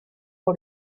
for